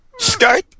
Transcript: Skype